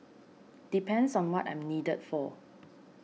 depends on what I'm needed for